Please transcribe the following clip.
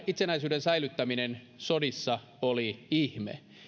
itsenäisyyden säilyttäminen sodissa oli ihme